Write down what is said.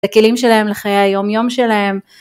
לכלים שלהם לחיי היומיום שלהם